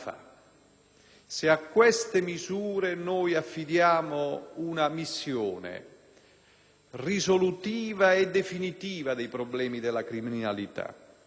risolutiva e definitiva dei problemi della criminalità e dovessimo invece registrare, da qui a qualche tempo, che nessuno degli effetti sperati